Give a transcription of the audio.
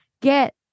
get